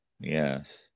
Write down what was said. Yes